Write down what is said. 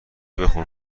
بخون